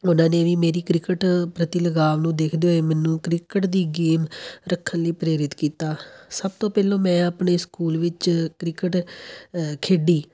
ਉਹਨਾਂ ਨੇ ਵੀ ਮੇਰੀ ਕ੍ਰਿਕਟ ਪ੍ਰਤੀ ਲਗਾਅ ਨੂੰ ਦੇਖਦੇ ਹੋਏ ਮੈਨੂੰ ਕ੍ਰਿਕਟ ਦੀ ਗੇਮ ਰੱਖਣ ਲਈ ਪ੍ਰੇਰਿਤ ਕੀਤਾ ਸਭ ਤੋਂ ਪਹਿਲਾਂ ਮੈਂ ਆਪਣੇ ਸਕੂਲ ਵਿੱਚ ਕ੍ਰਿਕਟ ਖੇਡੀ